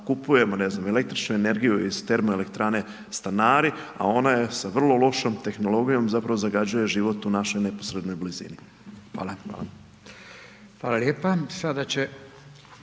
ne znam, električnu energiju iz termoelektrane Stanari, a ona je sa vrlo lošom sa tehnologijom, zapravo zagađuje život u našoj neposrednoj blizini. Hvala. **Radin,